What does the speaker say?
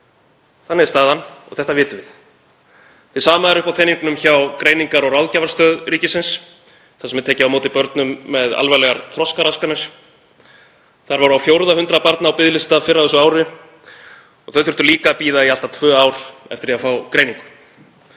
Þannig er staðan og það vitum við. Hið sama er uppi á teningnum hjá Greiningar- og ráðgjafarstöð ríkisins þar sem er tekið á móti börnum með alvarlegar þroskaraskanir. Þar voru á fjórða hundrað börn á biðlista fyrr á þessu ári og þau þurftu líka að bíða í allt að tvö ár eftir að fá greiningu.